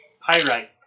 Pyrite